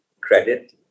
credit